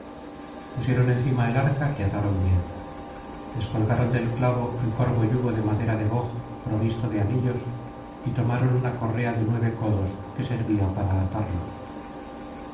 pusieron encima el arca que ataron bien descolgaron del clavo el corvo yugo de madera de boj provisto de anillos y tomaron una correa de nueve codos que servía para atarlo